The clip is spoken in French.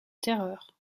terreur